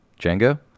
Django